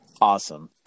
Awesome